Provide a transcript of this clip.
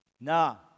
Now